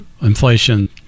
inflation